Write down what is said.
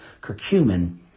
curcumin